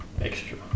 extra